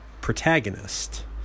protagonist